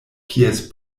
kies